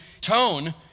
tone